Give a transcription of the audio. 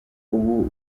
ubu